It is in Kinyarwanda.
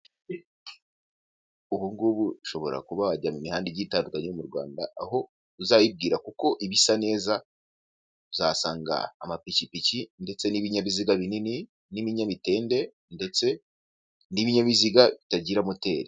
Ubu ngubu ushobora kuba wajya mu mihanda igiye itandukanye mu Rwanda, aho uzayibwira kuko iba isa neza, uzahasanga amapikipiki ndetse n'ibinyabiziga binini n'ibinyamitende ndetse n'ibinyabiziga bitagira moteri.